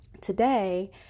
today